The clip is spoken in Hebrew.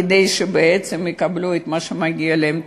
כדי שהם יקבלו את מה שמגיע להם.